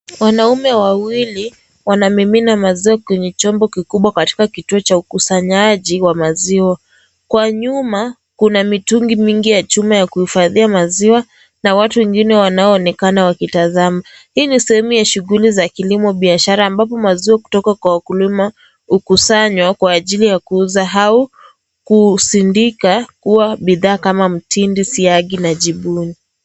Wanaume wawili wanamimina maziwa kwenye chombo kikubwa katika kiyuo cha ukusanyaji wa maziwa. Kwa nyuma kuna mitungi mingi ya chuma ya kuifadhia maziwa na watu wengine wanao onekana wakitazama. Hii ni sehemu ya shughuli ya kilimo biashara ambapo maziwa kutoka kwa wakulima hukusanywa kwa ajili ya kuuza au kuusindika kuwa bidhaa kama mtindi, siagi na jibuni.